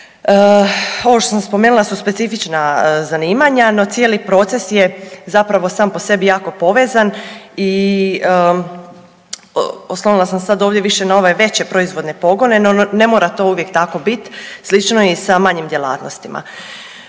Ovo što sam spomenula su specifična zanimanja, no cijeli proces je zapravo sam po sebi jako povezan i oslonila sam sad ovdje više na ove veće proizvodne pogone, no ne mora to uvijek tako biti slično je i sa manjim djelatnostima.